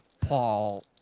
Paul